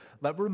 let